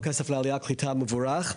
כל כסף לעלייה ולקליטה הוא מבורך.